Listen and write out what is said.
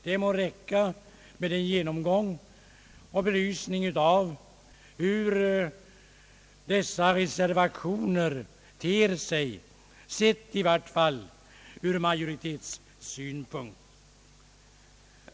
Det må räcka med denna genomgång och belysning av hur dessa reservationer ter sig, i varje fall sett ur majoritetens synpunkt.